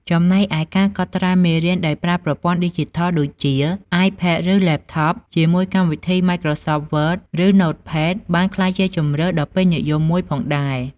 ចំណែកឯ ការកត់ត្រាមេរៀនដោយប្រើប្រព័ន្ធឌីជីថល ដូចជា អាយផេត ឬ ឡេបថប ជាមួយកម្មវិធី ម៉ាយក្រសប វើត ឬ ណូតផេត បានក្លាយជាជម្រើសដ៏ពេញនិយមមួយផងដែរ។